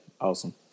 awesome